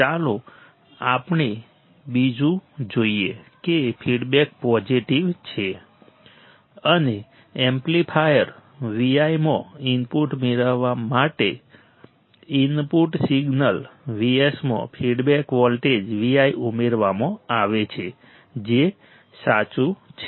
ચાલો આપણે બીજું જોઈએ કે ફીડબેક પોઝિટિવ છે અને એમ્પ્લીફાયર Vi માં ઇનપુટ મેળવવા માટે ઇનપુટ સિગ્નલ Vs માં ફીડબેક વોલ્ટેજ Vt ઉમેરવામાં આવે છે જે સાચું છે